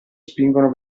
spingono